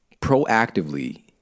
Proactively